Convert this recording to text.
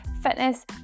fitness